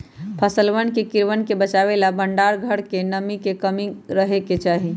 फसलवन के कीड़वन से बचावे ला भंडार घर में नमी के कमी रहे के चहि